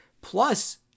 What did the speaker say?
Plus